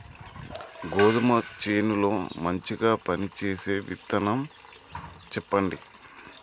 గోధుమ చేను లో మంచిగా పనిచేసే విత్తనం చెప్పండి?